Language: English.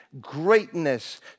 greatness